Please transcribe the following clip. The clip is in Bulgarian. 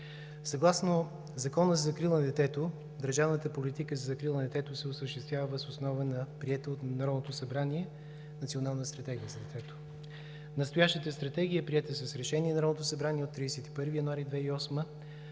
съгласно Закона за закрила на детето държавната политика за закрила на детето се осъществява въз основа на приета от Народното събрание Национална стратегия за детето. Настоящата Стратегия е приета с Решение на Народното събрание от 31 януари 2008